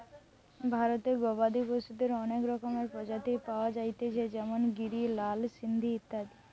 ভারতে গবাদি পশুদের অনেক রকমের প্রজাতি পায়া যাইতেছে যেমন গিরি, লাল সিন্ধি ইত্যাদি